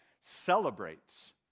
celebrates